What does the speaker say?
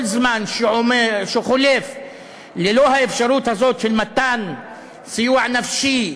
וכל זמן שחולף ללא האפשרות הזאת של מתן סיוע נפשי